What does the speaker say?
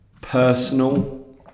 personal